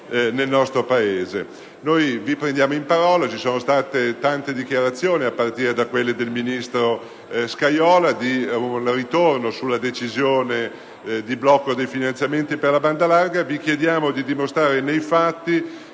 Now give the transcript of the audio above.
Noi vi prendiamo in parola: ci sono state tante dichiarazioni, a partire da quelle del ministro Scajola, favorevoli ad un ripensamento sulla decisione di bloccare i finanziamenti per la banda larga. Vi chiediamo di dimostrare nei fatti